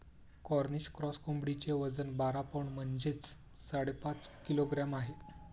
Cornish cross कोंबडीचे वजन बारा पौंड म्हणजेच साडेपाच किलोग्रॅम आहे